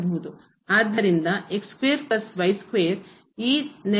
ಆದ್ದರಿಂದ ಈ ನೆರೆಹೊರೆಯಲ್ಲಿ ಕ್ಕಿಂತ ಕಡಿಮೆ ಇದೆ